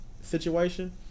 situation